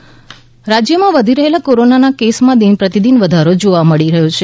corona case રાજયમાં વધી રહેલા કોરોના કેસમાં દિન પ્રતિદિન વધારો જોવા મળી રહ્યો છે